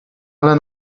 ale